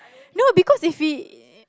no because if we